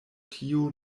tio